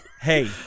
hey